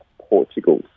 Portugal